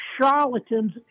charlatans